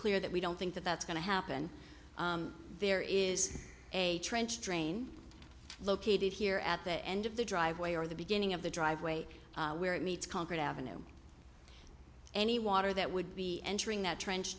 clear that we don't think that that's going to happen there is a trench drain located here at the end of the driveway or the beginning of the driveway where it meets concrete avenue any water that would be entering that trench